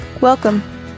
Welcome